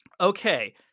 Okay